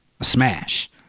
smash